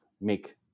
make